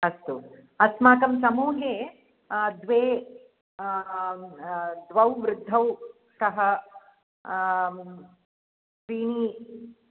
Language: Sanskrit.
अस्तु अस्माकं समूहे द्वे द्वौ वृद्धौ सह त्रीणि